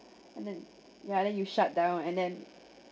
and then ya then you shut down and then yeah